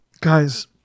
Guys